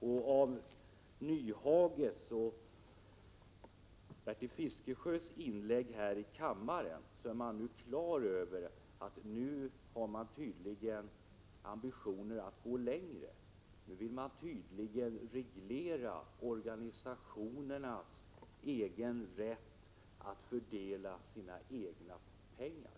Av Hans Nyhages och Bertil Fiskesjös inlägg här i kammaren framgår klart att man nu tydligen har ambitionen att gå litet längre. Nu vill man tydligen reglera organisationernas rätt att fördela sina egna pengar.